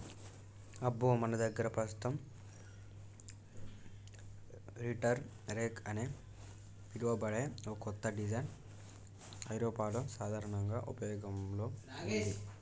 అబ్బో మన దగ్గర పస్తుతం రీటర్ రెక్ అని పిలువబడే ఓ కత్త డిజైన్ ఐరోపాలో సాధారనంగా ఉపయోగంలో ఉంది